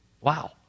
Wow